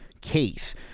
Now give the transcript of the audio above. case